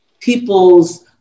people's